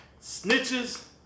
Snitches